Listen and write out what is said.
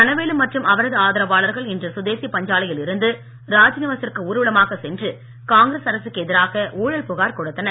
தனவேலு மற்றும் அவரது ஆதரவாளர்கள் இன்று சுதேசி பஞ்சாலையில் இருந்து ராஜ்நிவாசிற்கு ஊர்வலமாக சென்று காங்கிரஸ் அரசுக்கு எதிராக துணைநிலை ஆளுநரிடம் ஊழல் புகார் கொடுத்தனர்